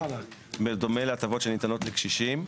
בדומה להטבות שניתנות לקשישים.